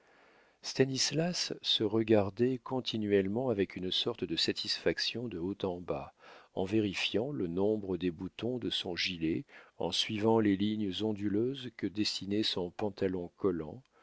stanislas se regardait continuellement avec une sorte de satisfaction de haut en bas en vérifiant le nombre des boutons de son gilet en suivant les lignes onduleuses que dessinait son pantalon collant